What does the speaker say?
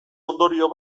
ondorio